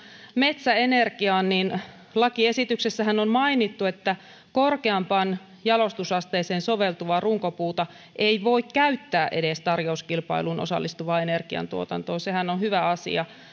metsäenergiaan niin lakiesityksessähän on mainittu että korkeampaan jalostusasteeseen soveltuvaa runkopuuta ei voi käyttää edes tarjouskilpailuun osallistuvaan energiantuotantoon sehän on hyvä asia